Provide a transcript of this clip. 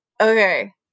okay